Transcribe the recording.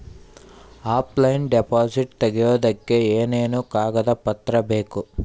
Offline deposit ತೆಗಿಯೋದಕ್ಕೆ ಏನೇನು ಕಾಗದ ಪತ್ರ ಬೇಕು?